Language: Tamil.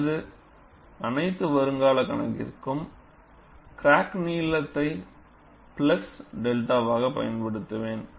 எனது அனைத்து வருங்கால கணக்கிற்கும் கிராக்கின் நீளத்தை பிளஸ் 𝚫 வாகப் பயன்படுத்துவேன்